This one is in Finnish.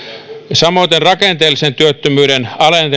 samoiten rakenteellisen työttömyyden